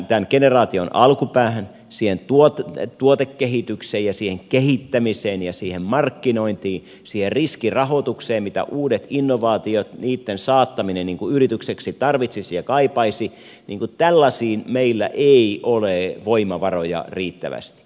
tämän generaation alkupäähän siihen tuotekehitykseen ja siihen kehittämiseen ja siihen markkinointiin siihen riskirahoitukseen mitä uudet innovaatiot niitten saattaminen yritykseksi tarvitsisi ja kaipaisi tällaisiin meillä ei ole voimavaroja riittävästi